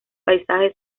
paisaje